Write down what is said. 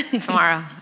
tomorrow